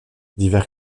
divers